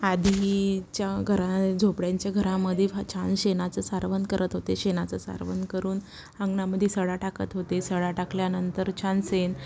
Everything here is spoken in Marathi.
आधीच्या घरा झोपड्यांच्या घरामध्ये फ छान शेणाचं सारवण करत होते शेणाचं सारवण करून अंगणामध्ये सडा टाकत होते सडा टाकल्यानंतर छानसे